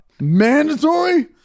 Mandatory